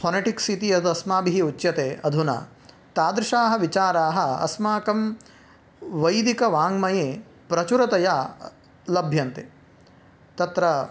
phonetics इति यद् अस्माभिः उच्यते अधुना तादृशाः विचाराः अस्माकं वैदिकवाङ्मये प्रचुरतया लभ्यन्ते तत्र